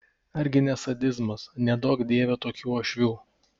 ar gi ne sadizmas neduok dieve tokių uošvių